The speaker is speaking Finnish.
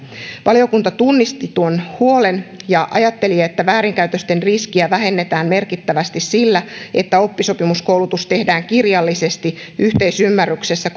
valiokunta tunnisti tuon huolen ja ajatteli että väärinkäytösten riskiä vähennetään merkittävästi sillä että oppisopimuskoulutus tehdään kirjallisesti yhteisymmärryksessä